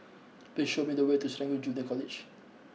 please show me the way to Serangoon Junior College